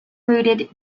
routed